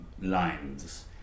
lines